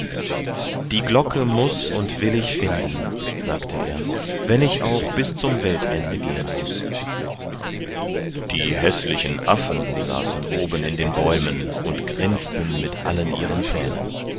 die glocke muß und will ich finden sagte er wenn ich auch bis zum weltende gehen muß die häßlichen affen saßen oben in den bäumen und grinsten mit allen ihren zähnen